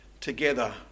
together